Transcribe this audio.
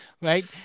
right